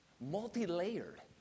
multi-layered